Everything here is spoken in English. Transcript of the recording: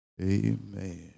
Amen